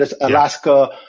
Alaska